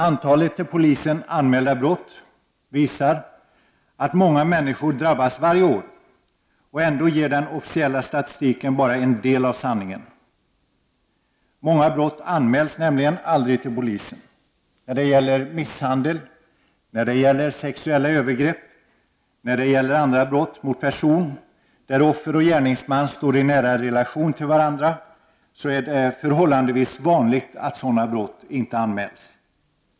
Antalet till polisen anmälda brott visar att många människor drabbas varje år, och ändå berättar den officiella statistiken bara en del av sanningen. Många brott anmäls aldrig till polisen. När det gäller misshandel, sexuella övergrepp och andra brott mot person där offer och gärningman står i nära relation till varandra är det förhållandevis vanligt att brott inte anmäls.